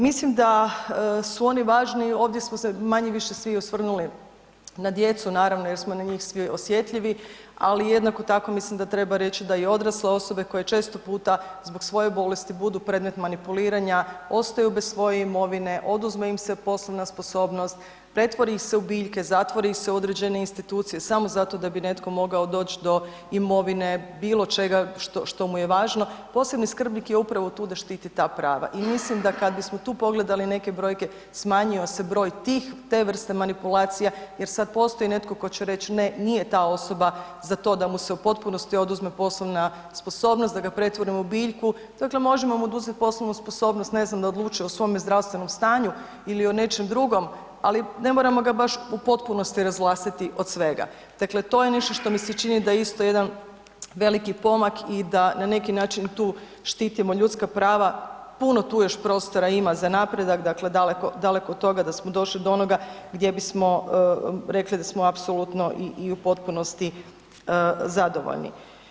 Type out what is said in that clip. Mislim da su oni važni, ovdje smo se manje-više svi osvrnuli na djecu naravno jer smo na njih svi osjetljivi, ali jednako tako mislim da treba reći da i odrasle osobe koje često puta zbog svoje bolesti budu predmet manipuliranja ostaju bez svoje imovine, oduzme im se poslovna sposobnost, pretvori ih se u biljke, zatvori ih se u određene institucije samo zato da bi netko mogao doć do imovine, bilo čega što mu je važno, posebni skrbnik je upravo tu da štiti ta prava i mislim kad bismo tu pogledali neke brojke smanjio se broj tih, te vrste manipulacija jer sad postoji netko tko će reć ne, nije ta osoba za to da mu se u potpunosti oduzme poslovna sposobnost, da ga pretvorimo u biljku, dakle možemo mu oduzet poslovnu sposobnost, ne znam, da odlučuje o svome zdravstvenom stanju ili o nečem drugom, ali ne moramo ga baš u potpunosti razvlastiti od svega, dakle to je nešto što mi se čini da je isto jedan veliki pomak i da na neki način tu štitimo ljudska prava, puno tu još prostora ima za napredak, dakle daleko, daleko od toga da smo došli do onoga gdje bismo rekli da smo apsolutno i, i u potpunosti zadovoljni.